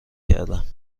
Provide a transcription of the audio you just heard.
کردم